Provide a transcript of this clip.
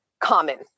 common